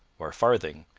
or a farthing,